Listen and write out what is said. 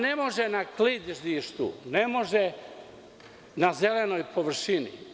Ne može na klizištu, ne može na zelenoj površini.